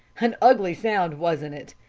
an ugly sound, wasn't it?